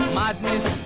madness